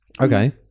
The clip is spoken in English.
Okay